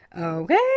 Okay